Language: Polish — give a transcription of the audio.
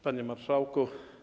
Panie Marszałku!